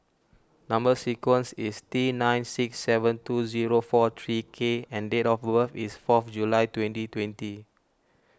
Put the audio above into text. Number Sequence is T nine six seven two zero four three K and date of birth is fourth July twenty twenty